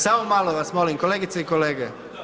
Samo malo vas molim, kolegice i kolege.